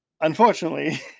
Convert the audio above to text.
unfortunately